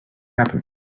happen